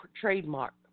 trademark